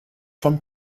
vom